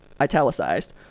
italicized